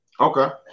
Okay